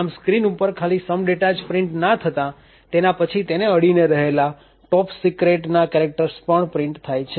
આમ સ્ક્રીન ઉપર ખાલી "some data" જ પ્રિન્ટ ના થતા તેના પછી તેને અડીને રહેલા TOPSECRET ટોપ સિક્રેટના કેરેક્ટર્સ પણ પ્રિન્ટ થાય છે